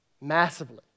massively